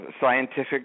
scientific